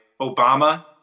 Obama